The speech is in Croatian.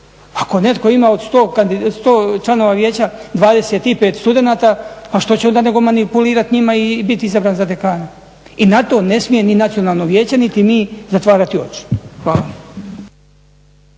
Ako netko ima od 100 članova vijeća 25 studenata pa što će onda nego manipulirati njima i biti izabran za dekana. I na to ne smije ni Nacionalno vijeće niti mi zatvarati oči. Hvala.